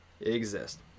exist